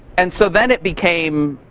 and so then it became,